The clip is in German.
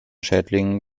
schädlingen